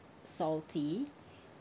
salty